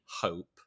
hope